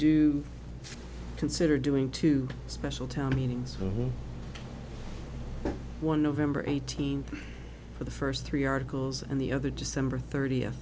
do consider doing two special town meetings one nov eighteenth for the first three articles and the other december thirtieth